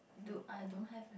do I don't have leh